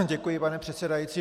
Děkuji, pane předsedající.